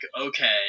okay